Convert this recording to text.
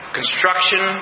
construction